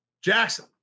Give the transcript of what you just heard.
Jackson